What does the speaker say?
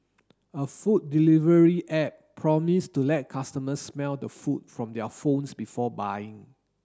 a food delivery app promised to let customers smell the food from their phones before buying